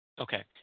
Okay